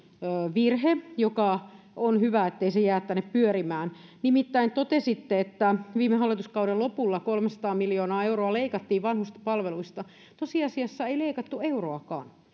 virhe on hyvä ettei se jää tänne pyörimään nimittäin totesitte että viime hallituskauden lopulla kolmesataa miljoonaa euroa leikattiin vanhustenpalveluista tosiasiassa ei leikattu euroakaan